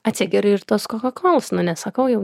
atsigeriu ir tos kokokolos nu nesakau jau